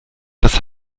das